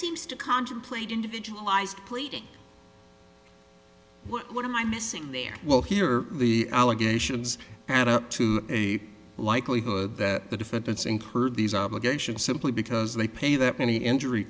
seems to contemplate individualized pleading what am i missing there well here the allegations add up to a likelihood that the defendants incurred these obligations simply because they pay that many injury